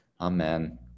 amen